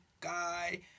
guy